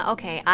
Okay